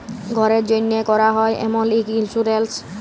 ঘ্যরের জ্যনহে ক্যরা হ্যয় এমল ইক ইলসুরেলস